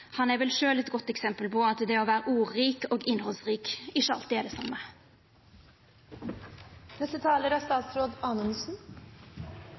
Han er vel sjølv eit godt eksempel på at det å vera ordrik og det å vera innhaldsrik ikkje alltid er det same.